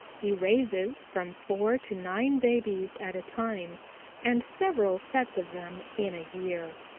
he raises from four to nine babies at a time and several sets of them in a year.